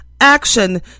action